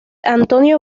antonio